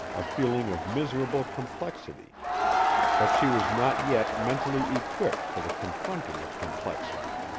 a feeling of miserable complexity but she was not yet mentally equipped for the confronting of complexity.